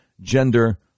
gender